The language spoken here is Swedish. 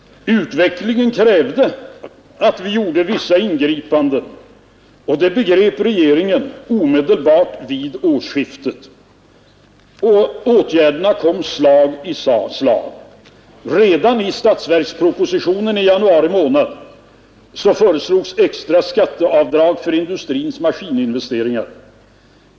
Utvecklingen krävde vissa ingripanden, och det begrep regeringen redan vid årsskiftet. Åtgärderna kom slag i slag. Redan i statsverkspropositionen i januari månad föreslogs extra skatteavdrag för industrins maskininvesteringar.